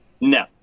No